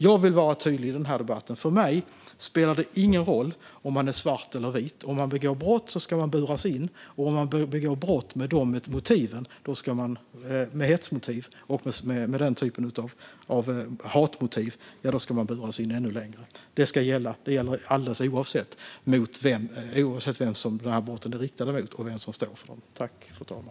Låt mig vara tydlig. För mig spelar det ingen roll om man är svart eller vit. Om man begår brott ska man buras in, och om man begår brott med hets och hatmotiv ska man buras in ännu längre. Det gäller oavsett vem brotten är riktade mot och vem som utför dem.